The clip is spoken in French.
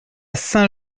saint